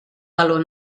valor